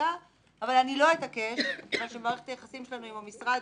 בחקיקה אבל אני לא אתעקש בגלל שמערכת היחסים שלנו עם המשרד